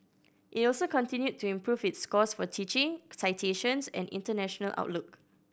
it also continued to improve its scores for teaching citations and international outlook